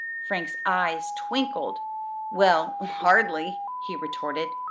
frank's eyes twinkled well, hardly! he retorted.